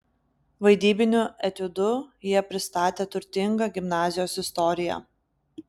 vaidybiniu etiudu jie pristatė turtingą gimnazijos istoriją